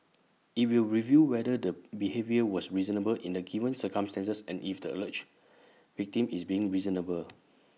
IT will review whether the behaviour was reasonable in the given circumstances and if the alleged victim is being reasonable